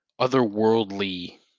otherworldly